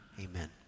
Amen